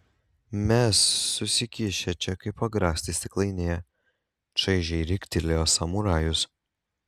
mes susikišę čia kaip agrastai stiklainyje čaižiai riktelėjo samurajus